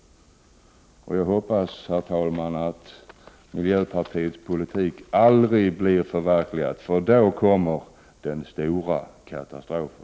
Jag hoppas, herr talman, att miljöpartiets politik aldrig förverkligas, därför att då kommer den stora katastrofen.